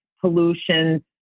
pollution